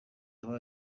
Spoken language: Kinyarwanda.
aba